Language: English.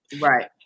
Right